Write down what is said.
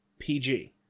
pg